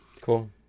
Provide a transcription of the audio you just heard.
Cool